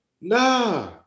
Nah